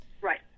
right